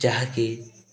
ଯାହାକି